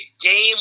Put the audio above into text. game